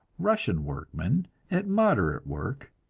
russian workmen at moderate work,